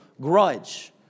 grudge